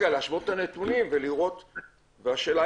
אנחנו בוחנים כרגע את הדרכים לשפר את אפליקציית מגן ולייצר חלופות גם